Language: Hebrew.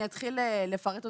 אני אתחיל לפרט אותם.